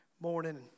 morning